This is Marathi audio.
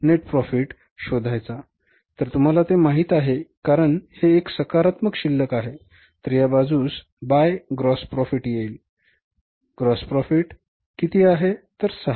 तर तुम्हाला ते माहित आहे कारण हे एक सकारात्मक शिल्लक आहे तर या बाजूस by gross profit येईल GP आणि हे किती आहे तर 600000